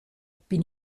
bin